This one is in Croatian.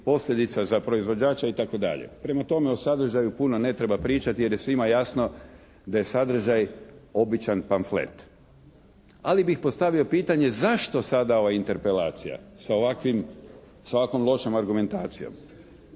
posljedica za proizvođača itd. Prema tome o sadržaju puno ne treba pričati, jer je svima jasno da je sadržaj običan pamflet. Ali bih postavio pitanje, zašto sada ova interpelacija sa ovakvim, sa ovako lošom argumentacijom.